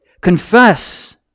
confess